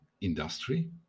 industry